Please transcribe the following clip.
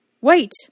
Wait